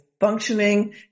functioning